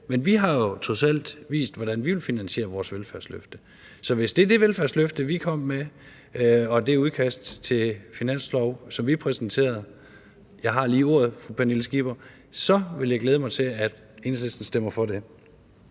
men vi har trods alt vist, hvordan vi vil finansiere vores velfærdsløfte. Så hvis det er det velfærdsløfte, vi kom med, og det udkast til finanslov, som vi præsenterede, som det handler om, så vil jeg glæde mig til, at Enhedslisten stemmer for det.